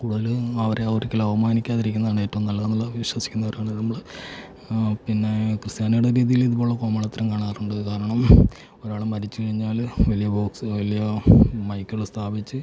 കൂടുതൽ അവരെ ഒരിക്കലും അപമാനിക്കാതിരിക്കുന്നതാണ് ഏറ്റവും നല്ലതെന്നുള്ളതിൽ വിശ്വസിക്കുന്നവരാണ് നമ്മൾ പിന്നേ ക്രിസ്ത്യാനിയുടെ രീതിയിൽ ഇതു പോലെയുള്ള കോമാളിത്തരം കാണാറുണ്ട് കാരണം ഒരാൾ മരിച്ചു കഴിഞ്ഞാൽ വലിയ ബോക്സ് വലിയ മൈക്കുകൾ സ്ഥാപിച്ചു